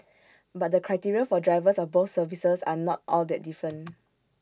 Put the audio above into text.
but the criteria for drivers of both services are not all that different